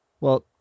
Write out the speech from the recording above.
Well-